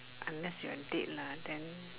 unless you are dead lah then